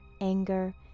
anger